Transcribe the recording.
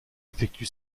effectue